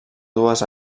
dues